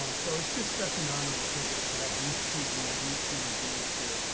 um so it's just such an honor and a privilege to have these two unique human beings here.